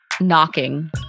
knocking